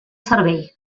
servei